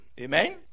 Amen